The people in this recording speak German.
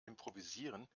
improvisieren